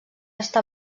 està